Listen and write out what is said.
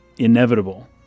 inevitable